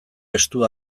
estu